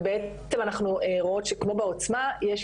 ובעצם אנחנו רואות שכמו בעוצמה אז יש